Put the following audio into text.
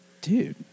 Dude